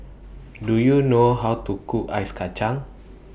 Do YOU know How to Cook Ice Kacang